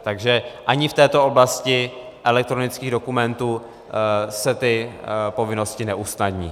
Takže ani v této oblasti elektronických dokumentů se ty povinnosti neusnadní.